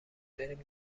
بریم